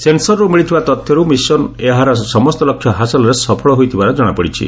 ସେନସରର୍ତ୍ତ ମିଳିଥିବା ତଥ୍ୟର୍ତ୍ର ମିଶନ ଏହାର ସମସ୍ତ ଲକ୍ଷ୍ୟ ହାସଲରେ ସଫଳ ହୋଇଥିବାର ଜଣାପଡିଛି